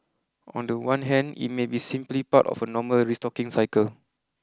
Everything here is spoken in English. on the one hand it may be simply part of a normal restocking cycle